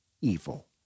evil